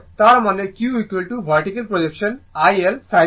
তার মানে q vertical projection IL sine theta